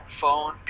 phone